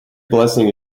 blessing